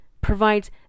provides